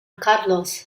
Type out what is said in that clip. carlos